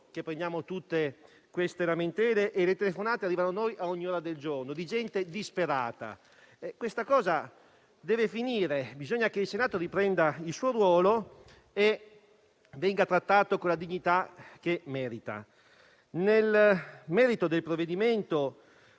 a recepire tutte queste lamentele e le telefonate arrivano ad ogni ora del giorno, da parte di gente disperata. Questa cosa deve finire: bisogna che il Senato riassuma il suo ruolo e venga trattato con la dignità che merita. Nel merito del provvedimento,